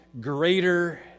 greater